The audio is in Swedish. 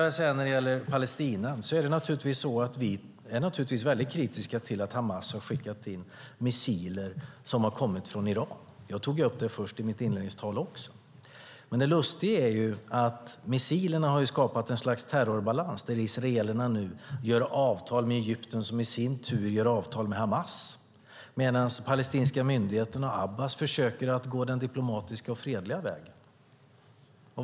Vad gäller Palestina är vi naturligtvis kritiska till att Hamas har skickat i väg missiler som har kommit från Iran. Jag tog också upp det i mitt inledningsanförande. Det lustiga är att missilerna har skapat ett slags terrorbalans där israelerna ingår avtal med Egypten som i sin tur ingår avtal med Hamas. Samtidigt försöker den palestinska myndigheten och Abbas gå den diplomatiska och fredliga vägen.